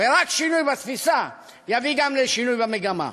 ורק שינוי בתפיסה יביא גם לשינוי במגמה.